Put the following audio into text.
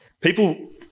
people